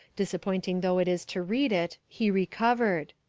disappointing though it is to read it, he recovered.